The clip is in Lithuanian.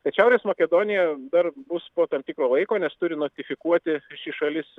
kad šiaurės makedonija dar bus po tam tikro laiko nes turi notifikuoti ši šalis